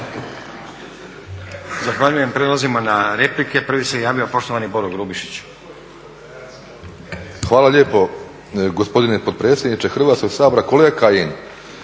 Hvala lijepo gospodine potpredsjedniče Hrvatskog sabora, kolega Kajin.